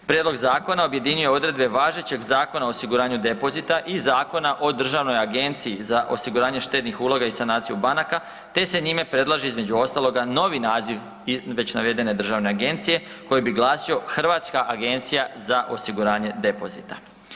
Prijedlog zakona objedinjuje odredbe važećeg Zakona o osiguranju depozita i Zakona o Državnoj agenciji za osiguranje štednih uloga i sanaciju banaka te se njime predlaže, između ostaloga, novi naziv i već navedene državne agencije, koji bi glasio Hrvatska agencija za osiguranje depozita.